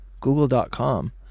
google.com